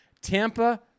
Tampa